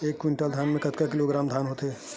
एक कुंटल धान में कतका किलोग्राम धान होथे?